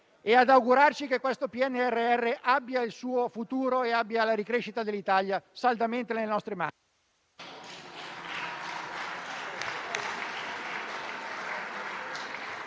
e ad augurarci che questo PNRR abbia il suo futuro e abbia la ripresa dell'Italia saldamente nelle nostre mani.